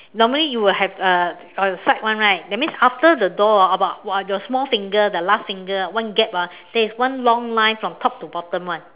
normally you would have a a side one right that means after the door about your small finger the last finger one gap ah there is one long line from top to bottom [one]